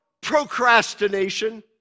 procrastination